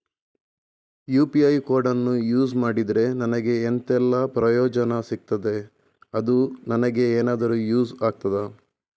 UPI ಕೋಡನ್ನು use ಮಾಡಿದ್ರೆ ನನಗೆ ಎಂಥೆಲ್ಲಾ ಪ್ರಯೋಜನ ಸಿಗ್ತದೆ, ಅದು ನನಗೆ ಎನಾದರೂ ಯೂಸ್ ಆಗ್ತದಾ?